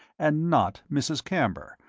and not mrs. camber,